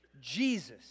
Jesus